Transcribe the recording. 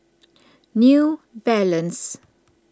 New Balance